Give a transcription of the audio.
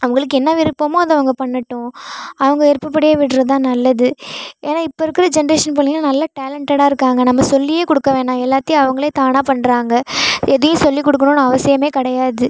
அவங்களுக்கு என்ன விருப்பமோ அதை அவங்க பண்ணட்டும் அவங்க விருப்பப்படியே விடுறதுதான் நல்லது ஏன்னா இப்போ இருக்கிற ஜெண்ட்ரேஷன் பிள்ளைங்கலாம் நல்ல டேலண்ட்டடாக இருக்காங்க நம்ம சொல்லியே கொடுக்கவேணாம் எல்லாத்தையும் அவங்களே தானாக பண்ணுறாங்க எதையும் சொல்லி கொடுக்கணுன்னு அவசியமே கிடையாது